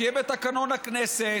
שיהיה בתקנון הכנסת,